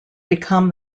become